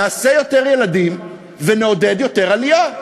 נעשה יותר ילדים ונעודד יותר עלייה.